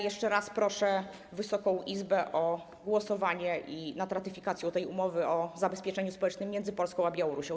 Jeszcze raz proszę Wysoką Izbę o głosowanie nad ratyfikacją tej umowy o zabezpieczeniu społecznym między Polską a Białorusią.